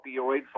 opioids